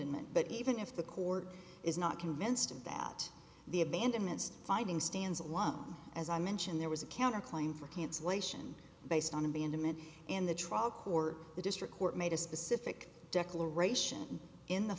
abandonment but even if the court is not convinced of that the abandonments finding stands alone as i mentioned there was a counter claim for cancellation based on abandonment in the trial court the district court made a specific declaration in the